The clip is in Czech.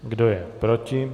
Kdo je proti?